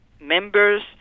members